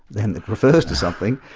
then it refers to something,